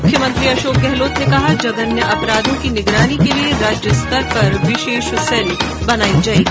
मुख्यमंत्री अशोक गहलोत ने कहा जघन्य अपराधों की निगरानी के लिये राज्यस्तर पर विशेष सेल बनाई जायेगी